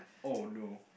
oh no